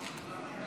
בעד,